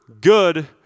good